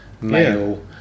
male